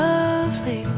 Lovely